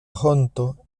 honto